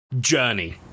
Journey